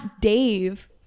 Dave